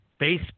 Facebook